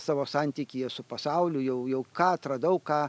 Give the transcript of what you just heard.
savo santykyje su pasauliu jau jau ką atradau ką